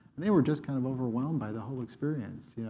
they were just kind of overwhelmed by the whole experience, yeah